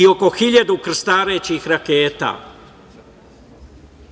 i oko 1.000 krstarećih raketa.